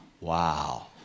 wow